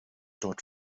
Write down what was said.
dort